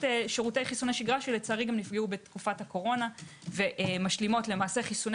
שירותי חיסוני שגרה שלצערי גם נפגעו בתקופת הקורונה ומשלימות חיסוני